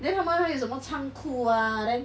then 它们还有什么仓库啊 then